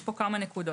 יש פה כמה נקודות.